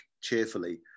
cheerfully